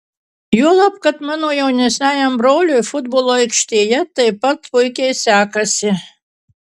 juolab kad mano jaunesniajam broliui futbolo aikštėje taip pat puikiai sekasi